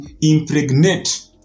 impregnate